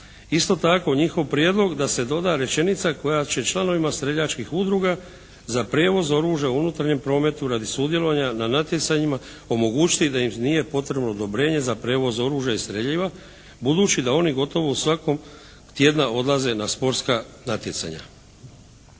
Isto tako njihov prijedlog da se doda rečenica koja će članovima streljačkih udruga za prevoz oružja u unutarnjem prometu radi sudjelovanja na natjecanjima omogućiti da im nije potrebno odobrenje za prijevoz oružja i streljiva budući da oni gotovo svakog tjedna odlaze na sportska natjecanja.